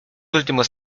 últimos